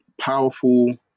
powerful